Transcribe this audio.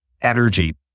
energy